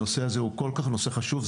הנושא הזה הוא כל כך נושא חשוב,